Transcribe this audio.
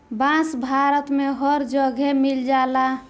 बांस भारत में हर जगे मिल जाला